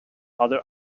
other